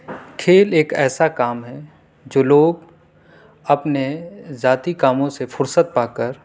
کھیل ایک ایسا کام ہے جو لوگ اپنے ذاتی کاموں سے فرصت پا کر